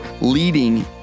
leading